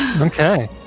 Okay